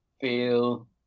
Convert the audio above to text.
feel